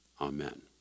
amen